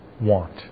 want